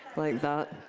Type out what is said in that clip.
like that.